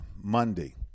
Monday